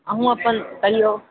अहूँ अपन कहियौ